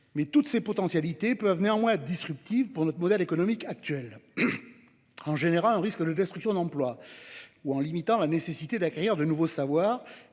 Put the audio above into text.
« Toutes ces potentialités peuvent néanmoins être disruptives pour notre modèle économique actuel. En générant un risque de destruction d'emplois ou en limitant la nécessité d'acquérir de nouveaux savoirs,